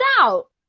out